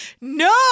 No